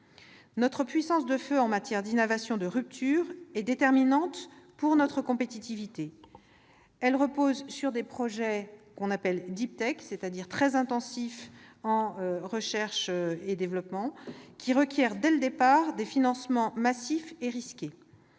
Notre puissance de feu en matière d'innovation de rupture est déterminante pour notre compétitivité. Elle repose sur des projets qu'on appelle «», c'est-à-dire très intensifs en recherche et développement, qui requièrent dès le départ des financements massifs et risqués.